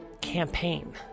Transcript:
campaign